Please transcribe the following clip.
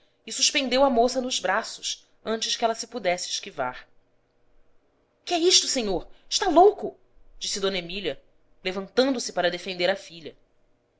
e suspendeu a moça nos braços antes que ela se pudesse esquivar que é isto senhor está louco disse d emília levantando-se para defender a filha